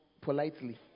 politely